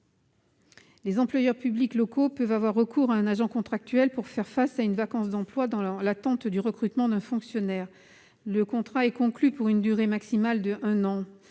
Les employeurs publics locaux peuvent avoir recours à un agent contractuel pour faire face à une vacance d'emploi, dans l'attente du recrutement d'un fonctionnaire. Le contrat est conclu pour une durée maximale d'un an,